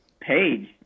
Page